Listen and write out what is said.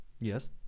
Yes